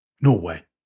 Norway